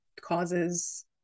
causes